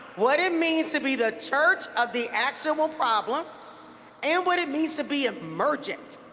what it means to be the church of the actual problem and what it means to be emergent.